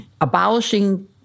abolishing